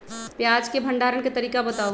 प्याज के भंडारण के तरीका बताऊ?